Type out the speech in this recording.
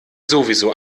sowieso